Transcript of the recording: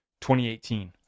2018